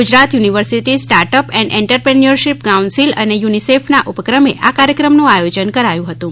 Gujarat university startup and entrepreneurship council અને યુનિસેફના ઉપક્રમે આ કાર્યક્રમનું આયોજન કરાયું હતું